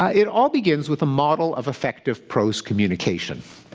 it all begins with a model of effective prose communication.